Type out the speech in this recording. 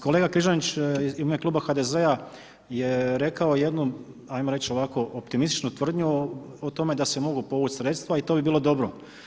Kolega Križanić u ime Kluba HDZ-a je rekao jednom, ajmo reći ovako optimističnu tvrdnju o tome da se mogu povući sredstva i to bi bilo dobro.